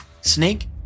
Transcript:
Snake